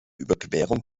überquerung